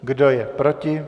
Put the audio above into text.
Kdo je proti?